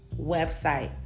website